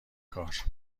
کار